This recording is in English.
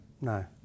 No